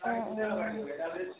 অঁ অঁ